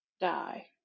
die